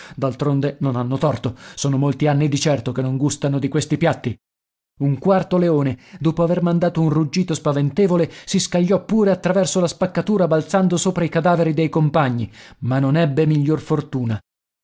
d'altronde non hanno torto sono molti anni di certo che non gustano di questi piatti un quarto leone dopo aver mandato un ruggito spaventevole si scagliò pure attraverso la spaccatura balzando sopra i cadaveri dei compagni ma non ebbe miglior fortuna